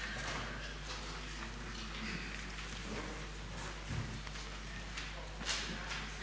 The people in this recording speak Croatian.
Hvala vam